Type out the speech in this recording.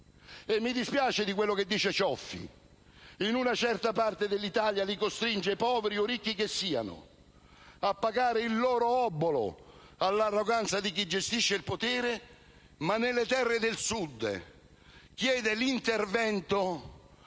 Mi dispiace per quello che ha detto il senatore Cioffi: in una certa parte dell'Italia ciò costringe i cittadini, poveri o ricchi che siano, a pagare il loro obolo all'arroganza di chi gestisce il potere, ma nelle terre del Sud richiede l'intervento